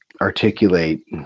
articulate